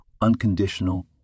unconditional